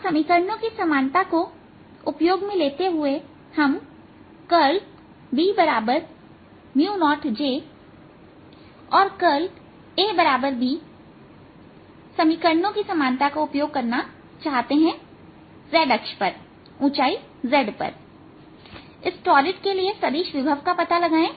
समीकरणों की समानता को उपयोग में लेते हुए हम करल B0 j और करल AB समीकरणों की समानता का उपयोग करना चाहते हैं z अक्ष पर z ऊंचाई पर इस टॉरिड के लिए सदिश विभव का पता लगाएं